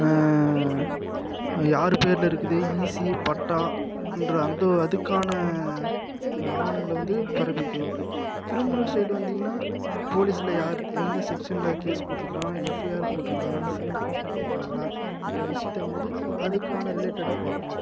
யார் பேரில் இருக்குது ஈசி பட்டா அன்ற அந்த அதுக்கான ஆவணங்களை வந்து பிறப்பிக்கணும் க்ரிமினல் சைடு வந்திங்கன்னால் போலீஸுசில் யாருக்கு எந்த செக்க்ஷனில் கேஸ் போட்டிருக்குறான் எஃப்ஐஆர் போட்டிருக்குறனா சிஎஸ்ஆர் போட்டிருக்குறாங்களா என்ற விஷயத்தை வந்து அதுக்கான ரிலேட்டடாக பார்க்குணும்